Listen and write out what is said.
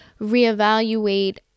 reevaluate